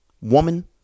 woman